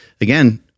again